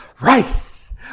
rice